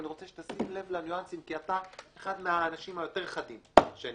ואני רוצה שתשים לב לניואנסים כי אתה אחד מהאנשים היותר חדים שאני